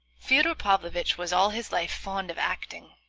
fyodor pavlovitch was all his life fond of acting,